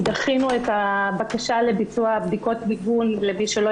דחינו את הבקשה לביצוע בדיקות מיגון למי שלא